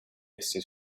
essi